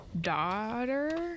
daughter